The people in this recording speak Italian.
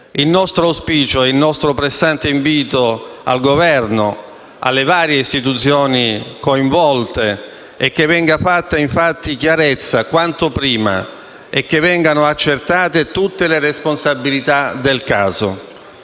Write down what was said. Il nostro auspicio e il nostro pressante invito al Governo e alle istituzioni coinvolte è che venga fatta chiarezza quanto prima e che vengano accertate tutte le responsabilità del caso.